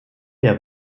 der